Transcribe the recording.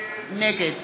נגד